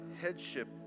headship